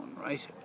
right